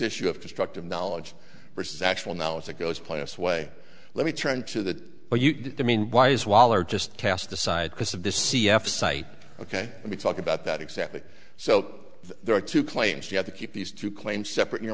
issue of constructive knowledge versus actual knowledge that goes plaintiff's way let me turn to that but i mean why is waller just cast aside because of the c f site ok let me talk about that exactly so there are two claims you have to keep these two claims separate your